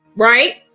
Right